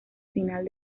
final